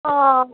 অঁ